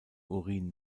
urin